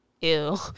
Ew